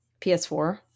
PS4